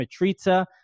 Matriza